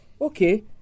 Okay